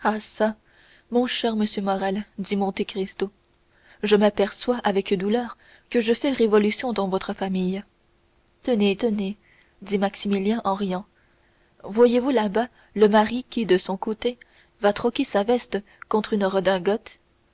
mon cher monsieur morrel dit monte cristo je m'aperçois avec douleur que je fais révolution dans votre famille tenez tenez dit maximilien en riant voyez-vous là-bas le mari qui de son côté va troquer sa veste contre une redingote